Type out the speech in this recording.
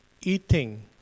eating